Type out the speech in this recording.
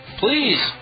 Please